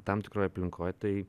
tam tikroj aplinkoj tai